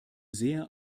sehr